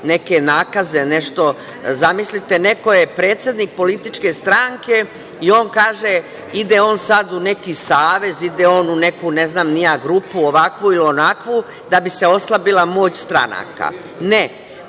neke nakaze. Zamislite, neko je predsednik političke stranke i on kaže, ide on sad u neki savez, ide on u neku ne znam ni ja grupu ovakvu ili onakvu, da bi se oslabila moć stranaka. Ne,